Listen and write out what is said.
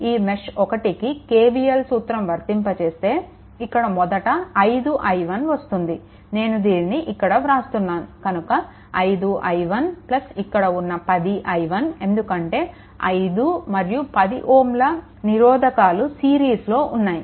ఈ మెష్1 కి KVL సూత్రం వర్తింపచేస్తే ఇక్కడ మొదట 5i1 వస్తుంది నేను దీనిని ఇక్కడ వ్రాస్తున్నాను కనుక 5 i1 ఇక్కడ ఉన్న 10i1 ఎందుకంటే ఈ 5 మరియు 10Ωల రెసిస్టర్లు సిరీస్లో ఉన్నాయి